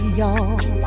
y'all